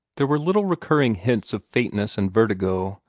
there were little recurring hints of faintness and vertigo,